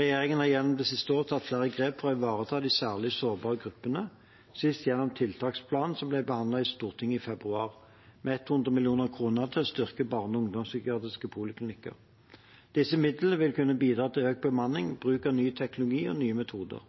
Regjeringen har gjennom det siste året tatt flere grep for å ivareta de særlig sårbare gruppene, sist gjennom tiltaksplanen som ble behandlet i Stortinget i februar, med 100 mill. kr til å styrke barne- og ungdomspsykiatriske poliklinikker. Disse midlene vil kunne bidra til økt bemanning, bruk av ny teknologi og nye metoder,